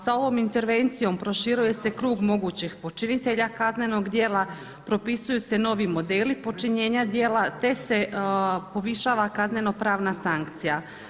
Sa ovom intervencijom proširuje se krug mogućih počinitelja kaznenog djela, propisuju se novi modeli počinjenja djela, te se povišava kazneno-pravna sankcija.